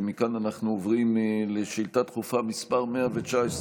ומכאן אנחנו עוברים לשאילתה דחופה מס' 119,